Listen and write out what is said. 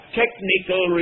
technical